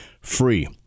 free